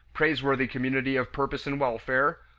praiseworthy community of purpose and welfare,